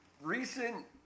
Recent